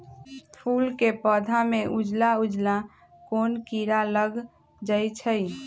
फूल के पौधा में उजला उजला कोन किरा लग जई छइ?